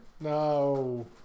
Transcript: No